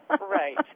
Right